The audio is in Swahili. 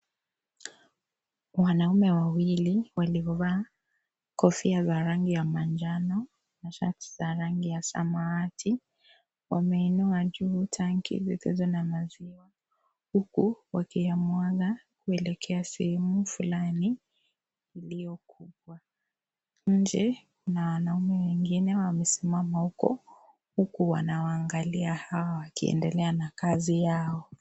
Wanaume wawili, walio vaa kofia za rangi ya manjano, na shati za rangi ya samawati, wameinua juu tanki zilizo na maziwa, huku wakiyamwaga kuelekea sehemu fulani, iliyokubwa, nje, mna wanaume wengine wamesimama huko, huku wanawaangalia hawa wakiendelea na kazi yao.